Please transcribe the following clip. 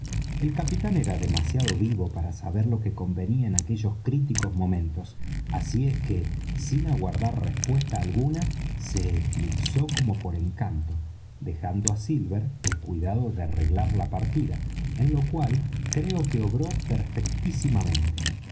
el capitán era demasiado vivo para saber lo que convenía en aquellos críticos momentos así es que sin aguardar respuesta alguna se eclipsó como por encanto dejando á silver el cuidado de arreglar la partida en lo cual creo que obró